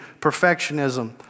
perfectionism